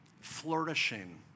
flourishing